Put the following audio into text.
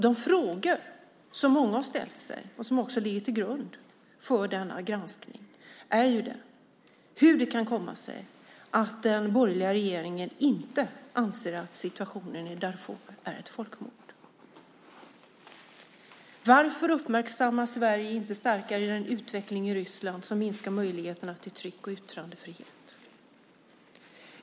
De frågor som många har ställt sig och som också ligger till grund för denna granskning är hur det kan komma sig att den borgerliga regeringen inte anser att situationen i Darfur är ett folkmord och varför Sverige inte starkare uppmärksammar utvecklingen i Ryssland, som minskar möjligheterna till tryck och yttrandefrihet.